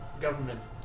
government